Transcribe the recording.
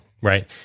right